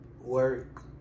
Work